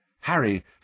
Harry